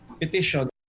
petition